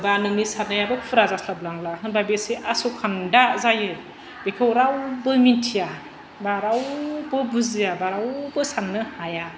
बा नोंनि साननायाबो फुरा जास्लाबलांला होनबा बे एसे आसखानदा जायो बेखौ रावबो मोनथिया बा रावबो बुजिया बा रावबो साननो हाया